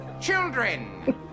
Children